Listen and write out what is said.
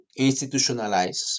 institutionalize